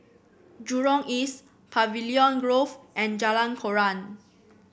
Jurong East Pavilion Grove and Jalan Koran